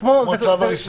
זה כמו צו הריסה.